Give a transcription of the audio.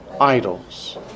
Idols